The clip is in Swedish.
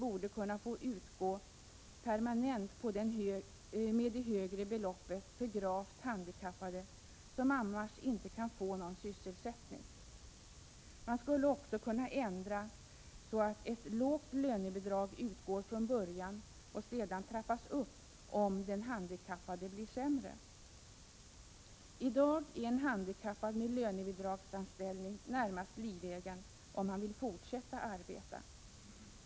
1987/88:31 borde få utgå permanent med det högre beloppet till gravt handikappade, 25 november 1987 som annars inte kan få någon sysselsättning. Man skulle också kunna ändraså = Tros. oo op og att ett lågt lönebidrag utgår från början och sedan trappas upp, om den handikappade blir sämre. I dag är en handikappad med lönebidragsanställning närmast livegen om han vill fortsätta arbeta.